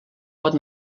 pot